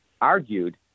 argued